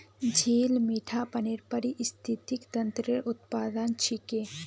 झील मीठा पानीर पारिस्थितिक तंत्रेर उदाहरण छिके